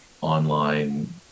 online